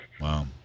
Wow